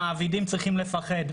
המעבידים צריכים לפחד.